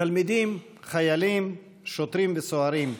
תלמידים, חיילים, שוטרים וסוהרים,